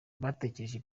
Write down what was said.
bategereje